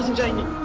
genie,